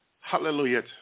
hallelujah